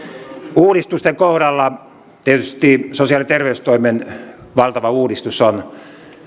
uudistusten kohdalla tietysti sosiaali ja terveystoimen valtava uudistus on